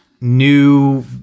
New